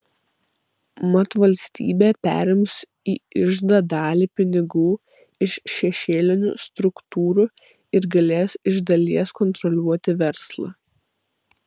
mat valstybė perims į iždą dalį pinigų iš šešėlinių struktūrų ir galės iš dalies kontroliuoti verslą